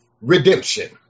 redemption